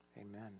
amen